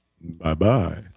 bye-bye